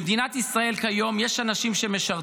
במדינת ישראל כיום יש אנשים שיום-יום,